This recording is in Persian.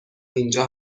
اینجا